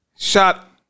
Shot